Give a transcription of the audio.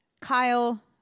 kyle